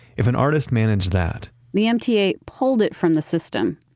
if an artist managed that the mta pulled it from the system,